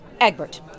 Egbert